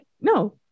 No